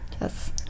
Yes